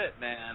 man